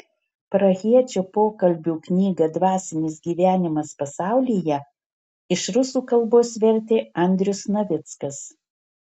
prahiečio pokalbių knygą dvasinis gyvenimas pasaulyje iš rusų kalbos vertė andrius navickas